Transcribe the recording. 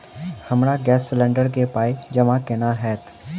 हमरा gas cylinder केँ पाई जमा केना हएत?